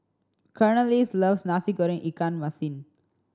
Cornelius loves Nasi Goreng ikan masin